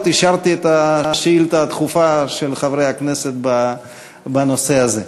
אישרתי את השאילתה הדחופה של חברי הכנסת בנושא הזה.